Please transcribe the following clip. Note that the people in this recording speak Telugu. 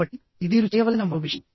కాబట్టి ఇది మీరు చేయవలసిన మరో విషయం